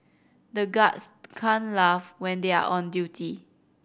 the guards can't laugh when they are on duty